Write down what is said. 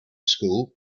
school